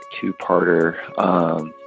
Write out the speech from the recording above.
two-parter